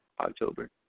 October